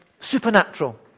supernatural